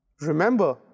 Remember